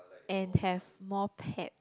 and have more pet